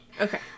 Okay